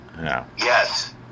Yes